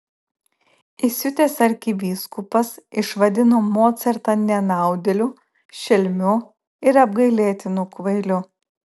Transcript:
įsiutęs arkivyskupas išvadino mocartą nenaudėliu šelmiu ir apgailėtinu kvailiu